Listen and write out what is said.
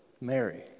Mary